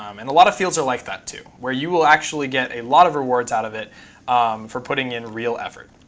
um and a lot of fields are like that too, where you will actually get a lot of rewards out of it for putting in real effort.